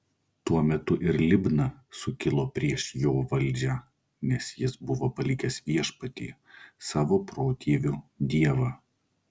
tuo metu ir libna sukilo prieš jo valdžią nes jis buvo palikęs viešpatį savo protėvių dievą